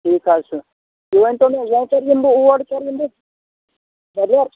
ٹھیٖک حظ چھُ تُہۍ ؤنۍ تو مےٚ وۄنۍ کَر یِمہٕ بہٕ اور کَر یِمہٕ بہٕ بۄدوار